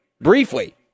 briefly